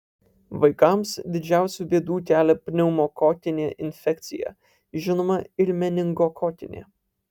vaikams didžiausių bėdų kelia pneumokokinė infekcija žinoma ir meningokokinė